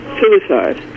suicide